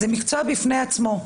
זה מקצוע בפני עצמו,